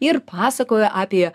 ir pasakoju apie